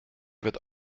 wird